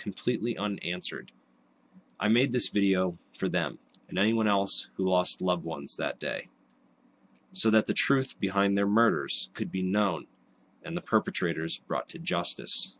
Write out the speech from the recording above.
completely unanswered i made this video for them and anyone else who lost loved ones that day so that the truth behind their murders could be known and the perpetrators brought to justice